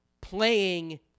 playing